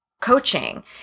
coaching